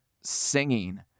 singing